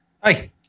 Hi